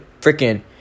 freaking